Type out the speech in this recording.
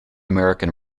american